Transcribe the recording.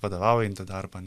vadovaujantį darbą